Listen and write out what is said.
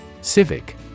Civic